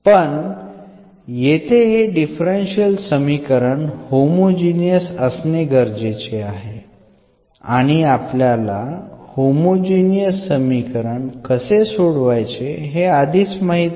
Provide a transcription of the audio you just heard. पण येथे हे डिफरन्शियल समीकरण होमोजिनियस असणे गरजेचे आहे आणि आपल्याला होमोजिनियस समीकरण कसे सोडवायचे हे आधीच माहित आहे